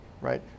right